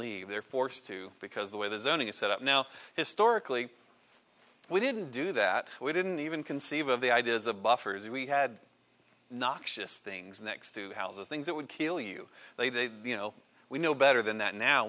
leave they're forced to because the way the zoning is set up now historically we didn't do that we didn't even conceive of the ideas of buffers we had noxious things next to houses things that would kill you you know we know better than that now